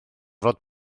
gorfod